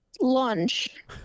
Lunch